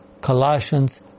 Colossians